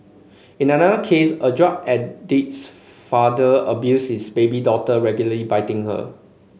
in another case a drug addict father abuses baby daughter regularly biting her